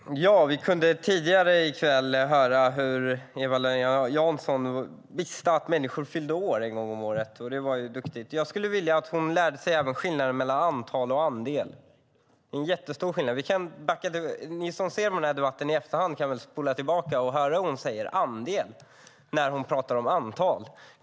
Herr talman! Vi hörde tidigare att Eva-Lena Jansson vet att människor fyller år en gång om året. Det var ju duktigt. Jag skulle vilja att hon lärde sig skillnaden mellan andel och antal också. Det är jättestor skillnad. Ni som ser på debatten i efterhand kan spola tillbaka och höra att hon säger "andel" när hon talar om "antal".